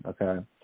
Okay